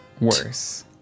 Worse